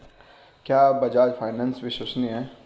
क्या बजाज फाइनेंस विश्वसनीय है?